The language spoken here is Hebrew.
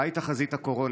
מהי תחזית הקורונה?